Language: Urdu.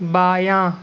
بایاں